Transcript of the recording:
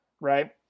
right